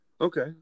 Okay